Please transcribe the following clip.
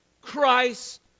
Christ